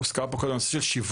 הוזכר פה קודם נושא השיווק,